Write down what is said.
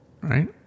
Right